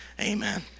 amen